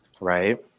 Right